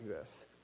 exists